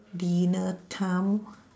dinner time